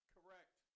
Correct